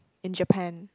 in Japan